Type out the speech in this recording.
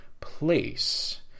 place